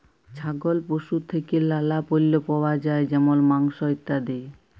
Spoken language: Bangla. ছাগল পশু থেক্যে লালা পল্য পাওয়া যায় যেমল মাংস, ইত্যাদি